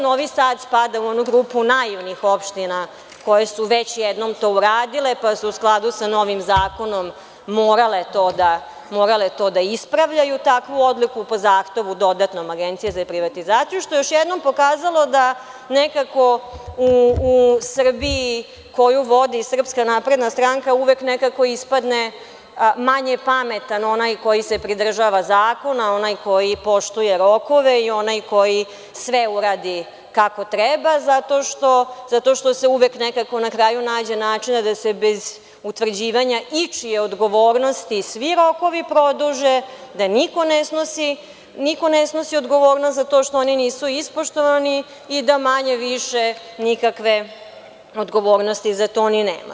Novi Sad spada u onu grupu naivnih opština koje su već jednom to uradile pa su u skladu sa novim zakonom morale to da ispravljaju takvu odluku po zahtevu dodatnom Agencije za privatizaciju, što je još jednom pokazalo da nekako u Srbiji koju vodi SNS uvek nekako ispadne manje pametan onaj koji se pridržava zakona, onaj koji poštuje rokove i onaj koji sve uradi kako treba zato što se uvek nekako na kraju nađe načina da se bez utvrđivanja ičije odgovornosti svi rokovi produže, da niko ne snosi odgovornost za to što oni nisu ispoštovani i da manje-više nikakve odgovornosti za to ni nema.